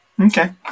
Okay